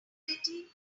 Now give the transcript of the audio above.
agility